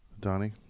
Donnie